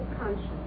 conscience